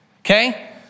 Okay